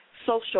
social